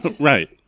Right